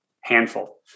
handful